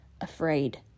afraid